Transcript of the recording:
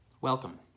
welcome